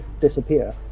disappear